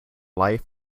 life